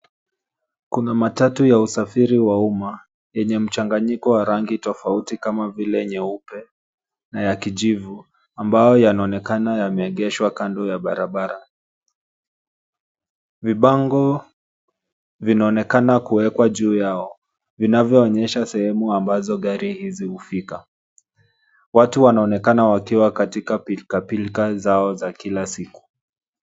Kuna matatu ya usafiri wa umma yenye mchanganyiko wa rangi tofauti kama vile nyeupe na kijivu ambayo yanaonekana yameegeshwa kando ya barabara. Vibango vinaonekana kuwekwa juu yao, vinavyoonyesha sehemu ambazo gari hizi hufika. Watu wanaonekana wakiwa katika pilkapilka zao za kila siku.